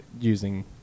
using